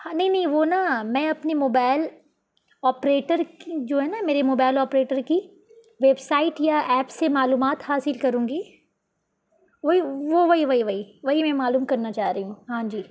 ہاں نہیں نہیں وہ نا میں اپنے موبائل آپریٹر کی جو ہے نا میرے موبائل آپریٹر کی ویب سائٹ یا ایپ سے معلومات حاصل کروں گی وہی وہ وہی وہی وہی وہی میں معلوم کرنا چاہ رہی ہوں ہاں جی